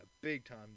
big-time